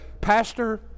Pastor